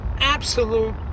absolute